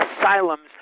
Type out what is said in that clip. asylums